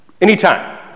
Anytime